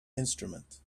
instrument